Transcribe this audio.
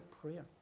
prayer